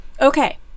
okay